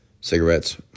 cigarettes